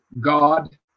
God